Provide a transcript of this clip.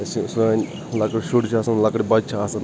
اَسہِ سٲنۍ لکٕٹۍ شُرۍ چھِ آسان لَکٕٹۍ بَچہِ چھِ آسان